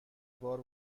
بار